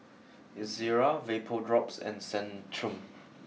Ezerra VapoDrops and Centrum